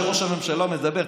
גם כשראש הממשלה מדבר,